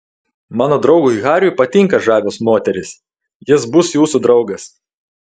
mano draugui hariui patinka žavios moterys jis bus jūsų draugas